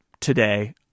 today